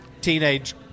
teenage